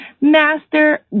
master